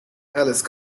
alice